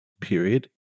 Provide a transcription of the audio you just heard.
period